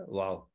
wow